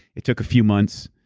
it took a few months.